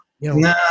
No